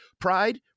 Pride